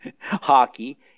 hockey